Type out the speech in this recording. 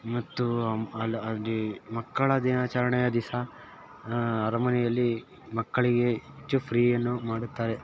ಮತ್ತು ಅಲ್ಲಿ ಅಲ್ಲಿ ಮಕ್ಕಳ ದಿನಾಚರಣೆಯ ದಿವಸ ಅರಮನೆಯಲ್ಲಿ ಮಕ್ಕಳಿಗೆ ಹೆಚ್ಚು ಫ್ರೀ ಅನ್ನು ಮಾಡುತ್ತಾರೆ